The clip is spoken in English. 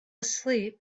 asleep